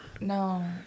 No